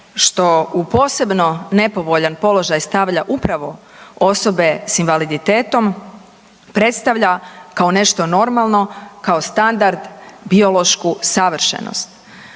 što u posebno nepovoljan položaj stavlja upravo osobe s invaliditetom predstavlja kao nešto normalno, kao standard, biološku savršenost.